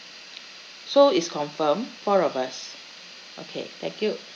so it's confirmed four of us okay thank you